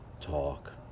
talk